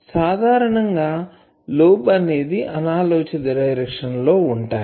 సాధారణంగా లోబ్ అనేది అనాలోచిత డైరెక్షన్ లో ఉంటాయి